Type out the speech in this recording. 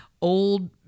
old